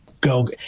go